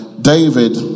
David